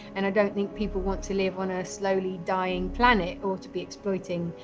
and i don't think people want to live on a slowly dying planet or to be exploiting,